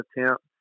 attempt